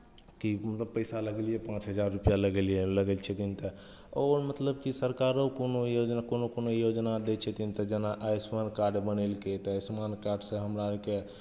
कि पैसा लगेलियै पाँच हजार रुपैआ लगेलियै लगै छथिन तऽ आओर मतलब कि सरकारो कोनो योजना कोनो कोनो योजना दै छथिन तऽ जेना आयुष्मान कार्ड बनेलकै तऽ आयुष्मान कार्डसँ हमरा आरकेँ